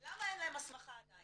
למה אין להם הסמכה עדיין?